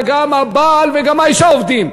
וגם הבעל וגם האישה עובדים,